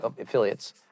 affiliates